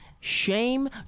Shame